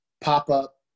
pop-up